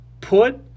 put